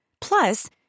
Plus